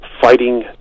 fighting